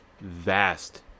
vast